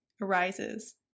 arises